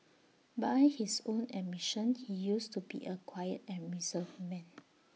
by his own admission he used to be A quiet and reserved man